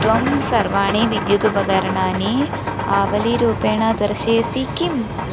त्वं सर्वाणि विद्युदुपकरणानि आवलीरूपेण दर्शयसि किम्